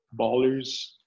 ballers